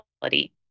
quality